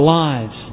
lives